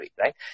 right